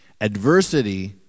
Adversity